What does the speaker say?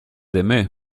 aimé